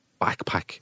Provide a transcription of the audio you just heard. backpack